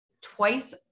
twice